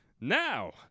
Now